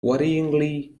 worryingly